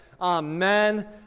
Amen